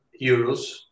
euros